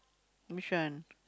which one